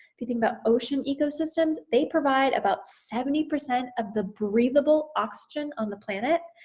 if you think about ocean ecosystems, they provide about seventy percent of the breathable oxygen on the planet,